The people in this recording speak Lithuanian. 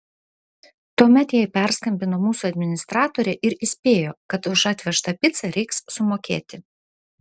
tuomet jai perskambino mūsų administratorė ir įspėjo kad už atvežtą picą reiks sumokėti